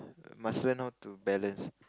must learn how to balance